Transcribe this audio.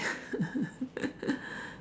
mm